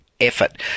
effort